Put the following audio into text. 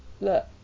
look